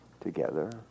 together